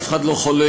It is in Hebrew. אף אחד לא חולק,